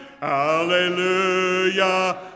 hallelujah